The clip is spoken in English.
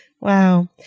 Wow